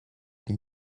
they